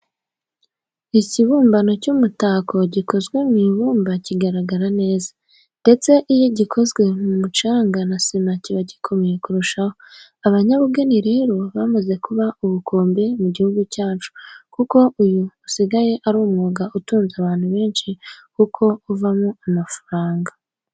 Ikibumbano cy'umutako gikozwe mu ibumba kiba kigaragara neza ndetse iyo gikozwe mu mucanga na sima kiba gikomeye kurushaho. Abanyabugeni rero bamaze kuba ubukombe mu gihugu cyacu kuko uyu usigaye ari umwuga utunze abantu benshi kuko uvamo amafaranga.